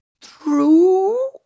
true